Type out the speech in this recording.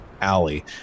alley